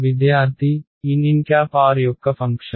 విద్యార్థి nn r యొక్క function